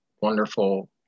wonderful